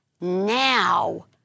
now